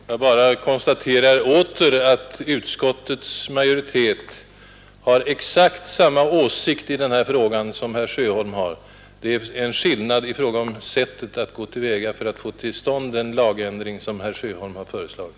Herr talman! Jag bara konstaterar återigen att utskottets majoritet har exakt samma åsikt i den här frågan som herr Sjöholm har. Det föreligger en skillnad bara i fråga om sättet att gå till väga för att få till stånd den lagändring som herr Sjöholm har föreslagit.